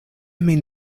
min